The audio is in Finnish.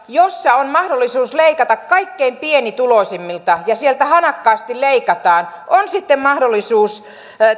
jossa on mahdollisuus leikata kaikkein pienituloisimmilta ja sieltä hanakasti leikataan on sitten mahdollisuus